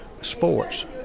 sports